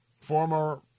Former